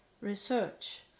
research